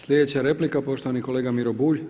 Slijedeća replika, poštovani kolega Miro Bulj.